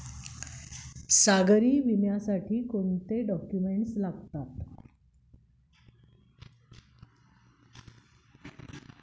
सागरी विम्यासाठी कोणते डॉक्युमेंट्स लागतात?